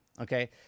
Okay